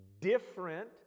different